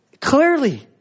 Clearly